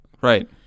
Right